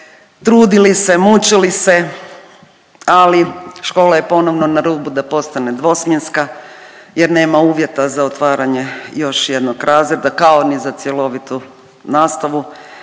trudili se, mučili se, ali škola je ponovno na rubu da postane dvosmjenska jer nema uvjeta za otvaranje još jednog razreda, kao ni za cjelovitu nastavu,